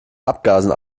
abgasen